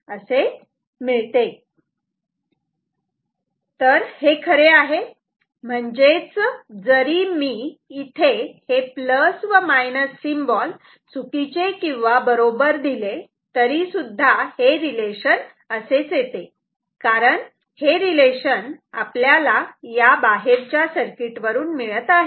हे खरे आहे म्हणजेच जरी मी इथे हे प्लस व मायनस सिम्बॉल Symbol चुकीचे किंवा बरोबर दिले तरीसुद्धा हे रिलेशन असेच येते कारण हे रिलेशन आपल्याला या बाहेरच्या सर्किट वरून मिळत आहे